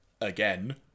again